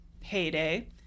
heyday